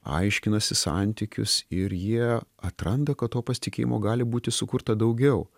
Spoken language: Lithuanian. aiškinasi santykius ir jie atranda kad to pasitikėjimo gali būti sukurta daugiau